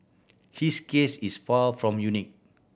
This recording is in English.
his case is far from unique